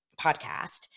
podcast